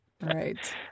right